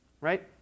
right